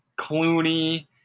Clooney